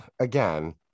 again